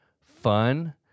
fun